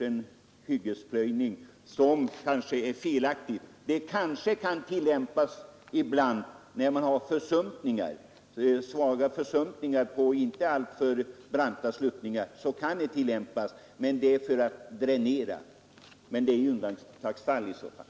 En plöjning i lutningens riktning kan tillämpas någon gång när man har försumpningar och inte alltför branta sluttningar. Då är det samtidigt till för att dränera, men det är undantagsfall.